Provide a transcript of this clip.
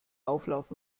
auflauf